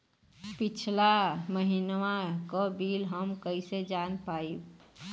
पिछला महिनवा क बिल हम कईसे जान पाइब?